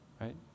right